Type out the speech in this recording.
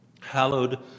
Hallowed